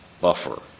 buffer